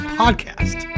podcast